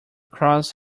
cross